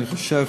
אני חושב